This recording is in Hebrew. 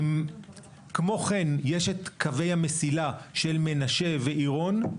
כמו כן יש את קווי המסילה של מנשה ועירון.